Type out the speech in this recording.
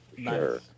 Sure